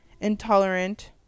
intolerant